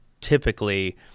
typically